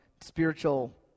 spiritual